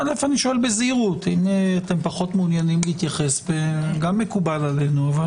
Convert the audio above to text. אם אתם פחות מעוניינים להתייחס גם מקובל עלינו.